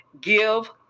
give